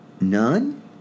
None